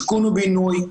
שיכון ובינוי,